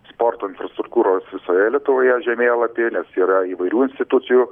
sporto infrastruktūros visoje lietuvoje žemėlapį nes yra įvairių institucijų